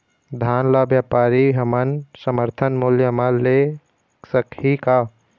धान ला व्यापारी हमन समर्थन मूल्य म ले सकही का?